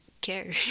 Care